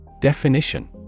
Definition